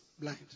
blind